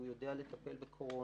שהוא יודע לטפל בקורונה,